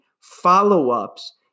follow-ups